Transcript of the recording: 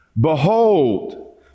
behold